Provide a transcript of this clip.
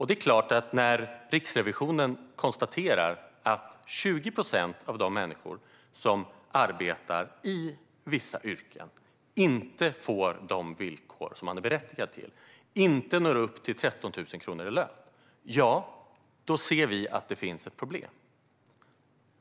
Det är klart att när Riksrevisionen konstaterar att 20 procent av de människor som arbetar i vissa yrken inte får de villkor som de är berättigade till och inte når upp till 13 000 kronor i lön, ja, då ser vi att det finns ett problem.